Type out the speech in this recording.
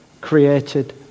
created